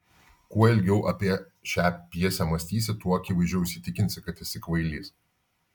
kuo ilgiau apie šią pjesę mąstysi tuo akivaizdžiau įsitikinsi kad esi kvailys